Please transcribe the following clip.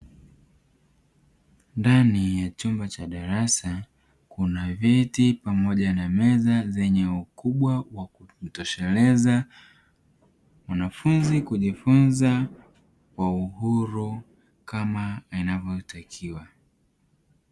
Ndani ya chumba cha darasa kuna viti pamoja na meza zenye ukubwa wa kutosheleza wanafunzi kujifunza kwa uhuru kama inavyotakiwa.